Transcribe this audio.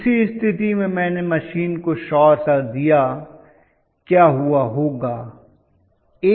इसी स्थिति में मैंने मशीन को शॉर्ट कर दिया क्या हुआ होगा